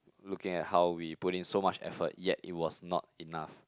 looking at how we put in so much effort yet it was not enough